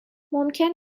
ممکن